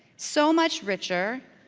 so much richer,